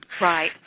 Right